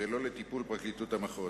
ולא לטיפול פרקליטות המחוז.